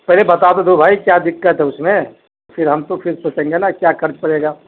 پہلے بتا تو دو بھائی کیا دکت ہے اس میں پھر ہم تو پھر سوچیں گے نا کیا خرچ پڑے گا